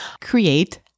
create